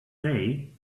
day